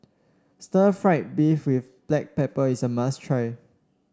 stir fry beef with Black Pepper is a must try